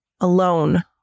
alone